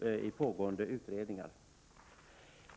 i pågående utredningar.